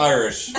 Irish